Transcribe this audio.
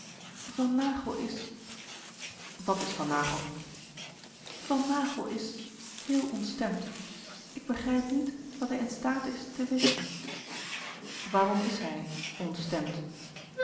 van naghel is wat is van naghel van naghel is heel ontstemd ik begrijp niet dat hij in staat is te whisten waarom is hij ontstemd